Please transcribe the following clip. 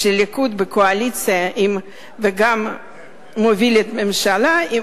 כשהליכוד בקואליציה וגם מוביל את הממשלה,